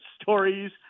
stories